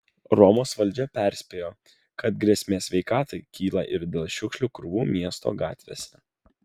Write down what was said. romos valdžia perspėjo kad grėsmė sveikatai kyla ir dėl šiukšlių krūvų miesto gatvėse